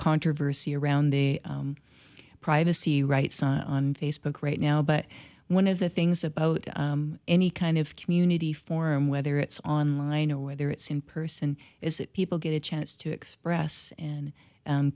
controversy around the privacy rights on facebook right now but one of the things about any kind of community forum whether it's online or whether it's in person is that people get a chance to express and